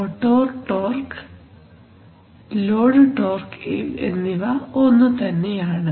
motor torque load torque എന്നിവ ഒന്നുതന്നെയാണ്